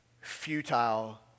futile